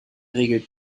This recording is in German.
regel